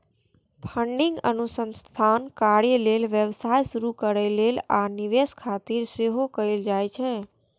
funding अनुसंधान कार्य लेल, व्यवसाय शुरू करै लेल, आ निवेश खातिर सेहो कैल जाइ छै